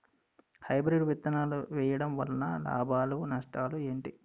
Hybrid విత్తనాలు వేయటం వలన లాభాలు నష్టాలు ఏంటి?